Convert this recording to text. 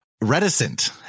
Reticent